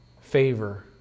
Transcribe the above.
favor